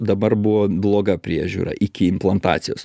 dabar buvo bloga priežiūra iki implantacijos